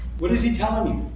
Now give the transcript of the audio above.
what is he telling you?